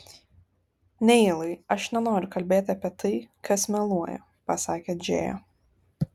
neilai aš nenoriu kalbėti apie tai kas meluoja pasakė džėja